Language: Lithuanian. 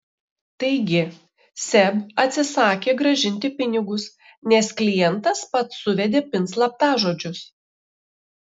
taigi seb atsisakė grąžinti pinigus nes klientas pats suvedė pin slaptažodžius